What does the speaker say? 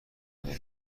برد